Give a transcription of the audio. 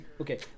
Okay